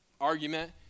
argument